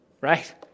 Right